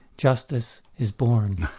justice is born.